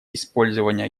использования